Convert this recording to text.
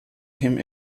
him